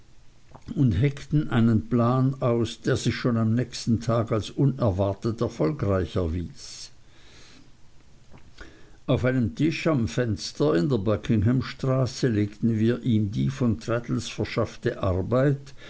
und heckten einen plan aus der sich schon am nächsten tag als unerwartet erfolgreich erwies auf einem tisch am fenster in der buckingham straße legten wir ihm die von traddles verschaffte arbeit